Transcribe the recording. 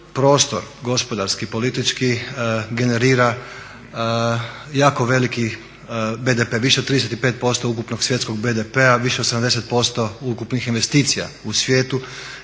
prostor gospodarski, politički generira jako veliki BDP, više od 35% ukupnog svjetskog BDP-a, više od 70% ukupnih investicija u svijetu